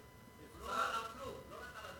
הוא לא אומר כלום, לא רק על "הדסה".